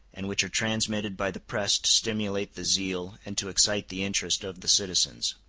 and which are transmitted by the press to stimulate the zeal and to excite the interest of the citizens.